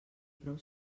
prou